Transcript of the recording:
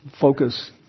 focus